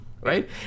right